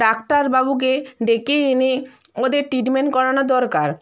ডাক্টারবাবুকে ডেকে এনে ওদের ট্রিটমেন্ট করানো দরকার